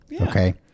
Okay